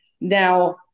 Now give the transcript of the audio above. Now